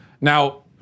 Now